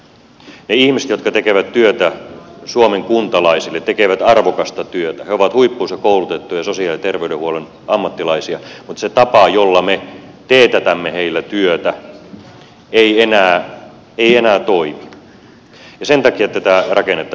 ne ihmiset jotka tekevät työtä suomen kuntalaisille tekevät arvokasta työtä he ovat huippuunsa koulutettuja sosiaali ja terveydenhuollon ammattilaisia mutta se tapa jolla me teetätämme heillä työtä ei enää toimi ja sen takia tätä rakennetta pitää uudistaa